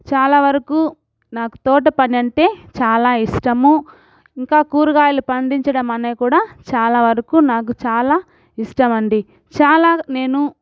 చాలా వరకు నాకు తోట పని అంటే చాలా ఇష్టము ఇంకా కూరకాయలు పండించడం అనేది కూడా చాలా వరకు నాకు చాలా ఇష్టమండి చాలా నేను